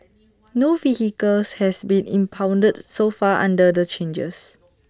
no vehicle has been impounded so far under the changes